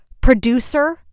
producer